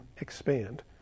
expand